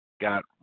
got